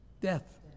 Death